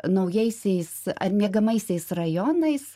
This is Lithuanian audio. naujaisiais ar miegamaisiais rajonais